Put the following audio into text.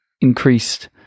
increased